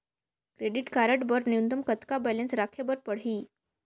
Credit card बर न्यूनतम कतका बैलेंस राखे बर पड़ही?